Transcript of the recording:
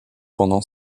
pendant